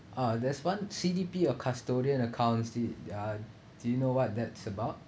uh there's one C_D_P or custodial accounts did ya did you know what that's about